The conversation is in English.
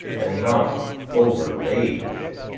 and not overlaid with it.